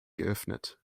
geöffnet